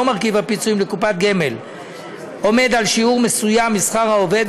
מרכיב הפיצויים לקופת גמל עומד על שיעור מסוים משכר העובד,